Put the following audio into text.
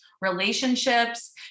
relationships